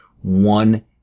one